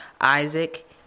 Isaac